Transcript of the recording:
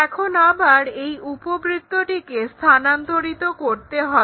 এখন আবার এই উপবৃত্তটিকে স্থানান্তরিত করতে হবে